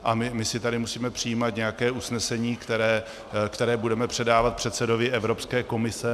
A my si tady musíme přijímat nějaké usnesení, které budeme předávat předsedovi Evropské komise?